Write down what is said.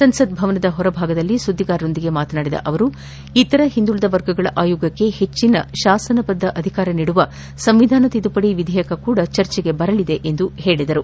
ಸಂಸತ್ ಭವನದ ಹೊರಭಾಗದಲ್ಲಿ ಸುದ್ದಿಗಾರರೊಂದಿಗೆ ಮಾತನಾಡಿದ ಅವರು ಇತರ ಹಿಂದುಳಿದ ವರ್ಗಗಳ ಆಯೋಗಕ್ಕೆ ಹೆಚ್ಚನ ಶಾಸನಬದ್ದ ಅಧಿಕಾರ ನೀಡುವ ಸಂವಿಧಾನ ತಿದ್ದುಪಡಿ ವಿಧೇಯಕ ಕೂಡ ಚರ್ಚೆಗೆ ಬರಲಿದೆ ಎಂದು ಅವರು ಹೇಳಿದರು